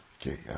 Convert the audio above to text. Okay